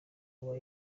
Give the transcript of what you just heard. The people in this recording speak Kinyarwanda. kuba